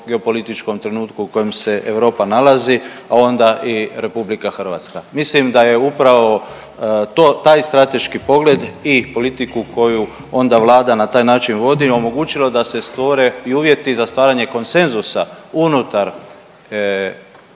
geopolitičkom trenutku u kojem se Europa nalazi, a onda i RH. Mislim da je upravo to, taj strateški pogled i politiku koju onda Vlada na taj način vodi omogućilo da se stvore i uvjeti za stvaranje konsenzusa unutar